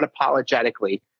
unapologetically